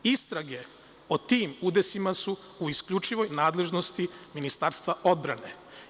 Istrage o tim udesima su u isključivoj nadležnosti Ministarstva odbrane.